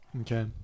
Okay